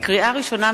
לקריאה ראשונה,